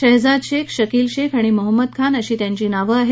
शहजाद शेख शकील शेख आणि मोहंमद खान अशी त्यांची नावं आहेत